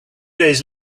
days